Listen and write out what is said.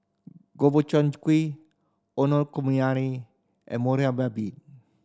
Gobchang Gui Okonomiyaki and Monsunabe